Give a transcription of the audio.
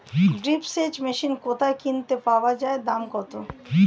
Drip সেচ machine কোথায় কিনতে পাওয়া যায় দাম কত?